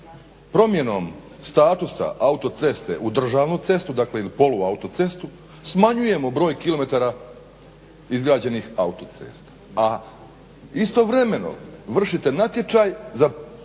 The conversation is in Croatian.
promjenom statusa autoceste u državnu cestu ili polu-autocestu smanjujemo broj km izgrađenih autocesta, a istovremeno vršite natječaj za